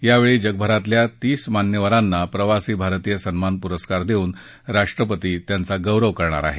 यावेळी जगभरातल्या तीस मान्यवरांना प्रवासी भारतीय सन्मान पुरस्कार देऊन राष्ट्रपती त्यांचा गौरव करणार आहेत